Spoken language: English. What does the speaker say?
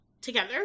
together